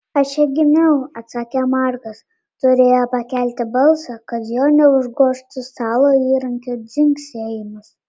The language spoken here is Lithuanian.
aš čia gimiau atsakė markas turėjo pakelti balsą kad jo neužgožtų stalo įrankių dzingsėjimas